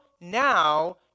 now